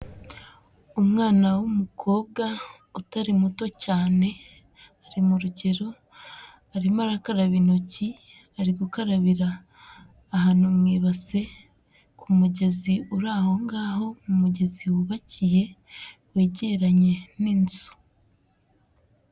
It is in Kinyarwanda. Umwana w'umukobwa utari muto cyane ari mu rugero, arimo arakaraba intoki, ari gukarabira ahantu mu ibase, ku mugezi uri aho ngaho, umugezi wubakiye wegeranye n'inzu.